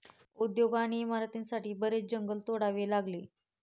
उद्योग आणि इमारतींसाठी बरेच जंगल तोडावे लागले